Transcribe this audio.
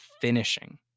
finishing